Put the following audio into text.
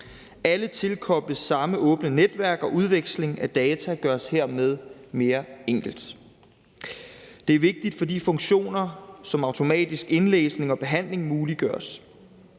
Alle tilkobles samme åbne netværk, og udveksling af data gøres hermed mere enkelt. Det er vigtigt, fordi funktioner som automatisk indlæsning og behandling muliggøres.